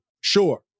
sure